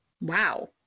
Wow